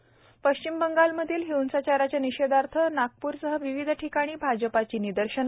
त पश्चिम बंगालमधील हिंसाचारच्या निषेदार्थनागपूरसह राज्यात विविधठिकाणी भाजपची निदर्शने